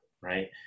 right